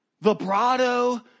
vibrato